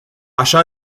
așa